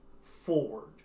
forward